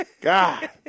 God